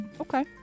Okay